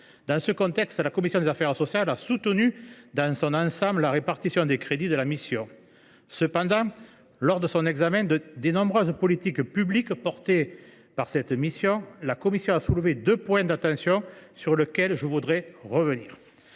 Dans ce contexte, la commission des affaires sociales a soutenu, dans son ensemble, la répartition des crédits de la mission. Cependant, lors de son examen des nombreuses politiques publiques financées par cette mission, la commission a soulevé deux points d’attention sur lesquels je voudrais revenir.